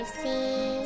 see